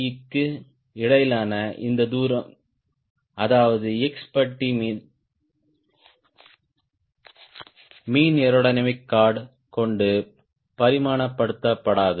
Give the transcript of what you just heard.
க்கு இடையிலான இந்த தூரம் அதாவது x பட்டி மீன் ஏரோடையனாமிக் கார்ட் கொண்டு பரிமாணப்படுத்தப்படாதது